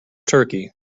turkey